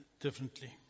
differently